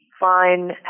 fine